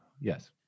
yes